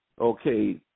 Okay